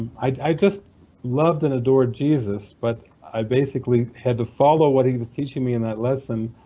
i just loved and adored jesus but i basically had to follow what he was teaching me in that lesson.